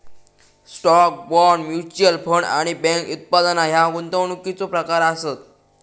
stock, bond, mutual fund आणि bank उत्पादना ह्या गुंतवणुकीचो प्रकार आसत